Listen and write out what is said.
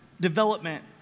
development